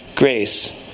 Grace